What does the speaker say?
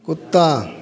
कुत्ता